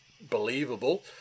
believable